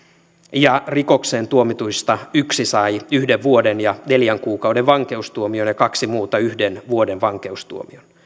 ja rikokseen tuomituista yksi sai yhden vuoden ja neljän kuukauden vankeustuomion ja kaksi muuta yhden vuoden vankeustuomion